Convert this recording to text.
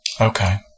Okay